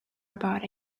about